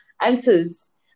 answers